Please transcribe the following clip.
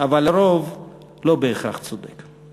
אבל הרוב לא בהכרח צודק.